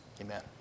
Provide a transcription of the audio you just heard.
Amen